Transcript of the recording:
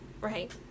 right